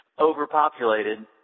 Overpopulated